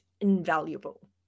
invaluable